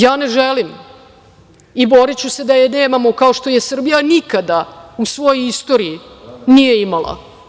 Ja ne želim i boriću se da je nemamo, kao što je Srbija u svojoj istoriji nije imala.